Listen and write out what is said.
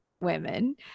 women